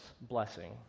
blessing